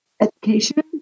education